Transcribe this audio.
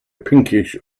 pinkish